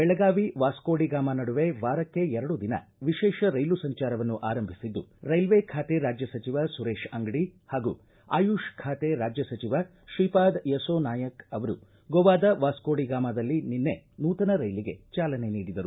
ಬೆಳಗಾವಿ ವಾಸ್ಕೋ ಡಿ ಗಾಮಾ ನಡುವೆ ವಾರಕ್ಷೆ ಎರಡು ದಿನ ವಿಶೇಷ ರೈಲು ಸಂಚಾರವನ್ನು ಆರಂಭಿಸಿದ್ದು ರೈಲ್ವೆ ಖಾತೆ ರಾಜ್ಯ ಸಚಿವ ಸುರೇಶ್ ಅಂಗಡಿ ಹಾಗೂ ಆಯುಷ್ ಖಾತೆ ರಾಜ್ಯ ಸಚಿವ ಶ್ರೀಪಾದ್ ಯಸೋ ನಾಯಕ್ ಅವರು ಗೋವಾದ ವಾಸೋ ಡಿ ಗಾಮಾದಲ್ಲಿ ನಿನ್ನೆ ನೂತನ ರೈಲಿಗೆ ಚಾಲನೆ ನೀಡಿದರು